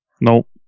Nope